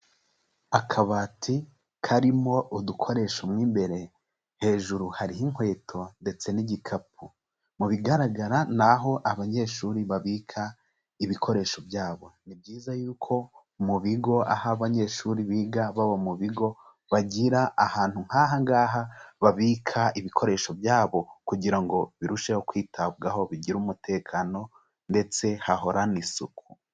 Akabati karimo udukoresho mo imbere, hejuru hari inkweto ndetse n'igikapu, mu bigaragara ni aho abanyeshuri babika ibikoresho byabo, ni byiza yuko mu bigo aho abanyeshuri biga baba mu bigo bagira ahantu nk'aha ngaha babika ibikoresho byabo, kugira ngo birusheho kwitabwaho bigira umutekano ndetse hahorane isuku.